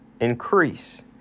increase